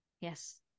yes